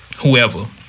Whoever